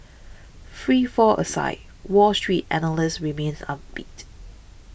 free fall aside Wall Street analysts remains upbeat